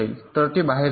तर ते बाहेर जाईल